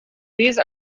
these